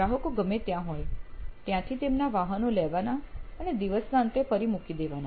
ગ્રાહકો ગમે ત્યાં હોય ત્યાંથી તેમના વાહનો લેવાના અને દિવસના અંતે ફરી મૂકી દેવાના